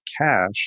cash